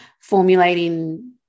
formulating